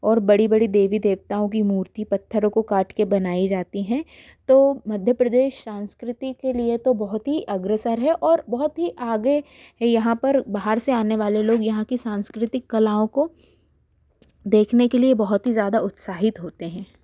और बड़ी बड़ी देवी देवताओं की मूर्ति पत्थरों को काट के बनाई जाती हैं तो मध्य प्रदेश संस्कृति के लिए तो बहुत ही अग्रसर है और बहुत ही आगे यहाँ पर बाहर से आने वाले लोग यहाँ की सांस्कृतिक कलाओं को देखने के लिए बहुत ही ज़्यादा उत्साहित होते हैं